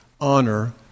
honor